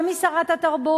ומי שרת התרבות,